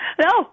no